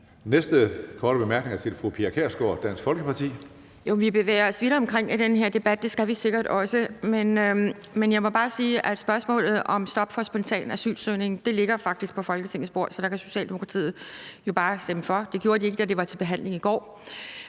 næste korte bemærkning er til fru Pia Kjærsgaard, Dansk Folkeparti. Kl. 12:57 Pia Kjærsgaard (DF): Vi bevæger os vidt omkring i den her debat, og det skal vi sikkert også. Men jeg må faktisk bare sige, at spørgsmålet om et stop for spontan asylansøgning ligger som et forslag på Folketingets bord, og at Socialdemokratiet jo bare kan stemme for. Det gjorde de ikke, da det var til behandling i går.